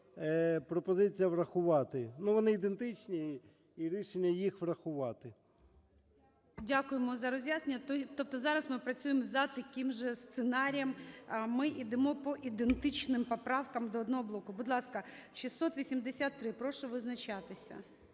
пропозиція врахувати. Ну, вони ідентичні і рішення: їх врахувати. ГОЛОВУЮЧИЙ. Дякуємо за роз'яснення. Тобто зараз ми працюємо за таким же сценарієм, ми йдемо по ідентичним поправками до одного блоку. Будь ласка, 683. Прошу визначатися.